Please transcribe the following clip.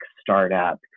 startup